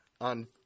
on